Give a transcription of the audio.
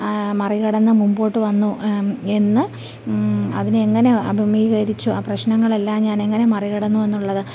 മറികടന്ന് മുമ്പോട്ട് വന്നു എന്ന് അതിനെ എങ്ങനെ അഭിമീകരിച്ചു ആ പ്രശ്നങ്ങളെല്ലാം ഞാൻ എങ്ങനെ മറികടന്നു എന്നുള്ളത്